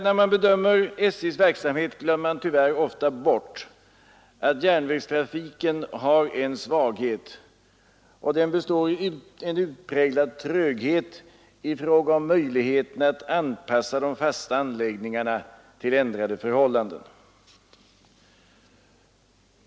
När man bedömer SJ:s verksamhet glömmer man tyvärr ofta bort, att järnvägstrafiken har en svaghet som består i utpräglad tröghet i fråga om möjligheterna att anpassa de fasta anläggningarna till ändrade förhållanden.